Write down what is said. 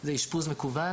זה אשפוז מקוון,